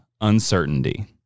uncertainty